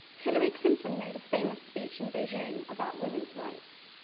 hillary clinton made a famous speech in beijing about women's rights.